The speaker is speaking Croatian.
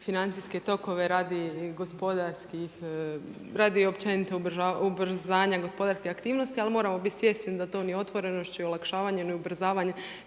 gospodarskih, radi općenito ubrzanja gospodarske aktivnosti, ali moramo biti svjesni da to ni otvorenošću ni olakšavanje ni ubrzavanjem